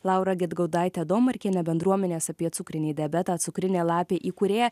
laura gedgaudaite domarkiene bendruomenės apie cukrinį diabetą cukrinė lapė įkūrėja